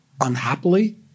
unhappily